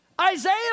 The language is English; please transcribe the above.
Isaiah